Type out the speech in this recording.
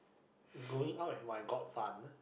going out with my godson